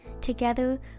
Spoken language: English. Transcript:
Together